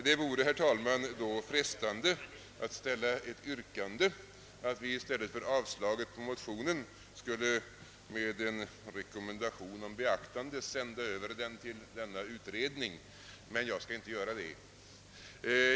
Det vore då, herr talman, frestande att ställa ett yrkande att vi i stället för att avslå motionen skulle med en rekommendation om beaktande sända över den till denna utredning. Men jag skall inte göra det.